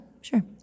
sure